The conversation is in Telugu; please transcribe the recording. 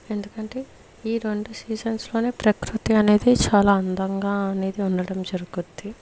ఎందుకంటే ఈ రెండు సీజన్స్ లోనే ప్రకృతి అనేది చాలా అందంగా అనేది ఉండడం జరుగుతుంది